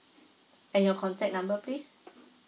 and your contact number please